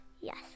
Yes